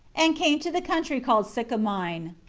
and came to the country called sycamine,